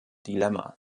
dilemma